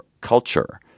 culture